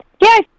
Yes